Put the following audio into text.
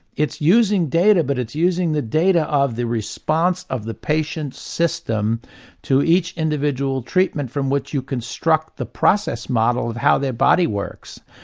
it's using data but it's using the data of the response of the patient's system to each individual treatment from which you construct the process model of how their body works.